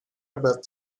about